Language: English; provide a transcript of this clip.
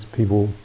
people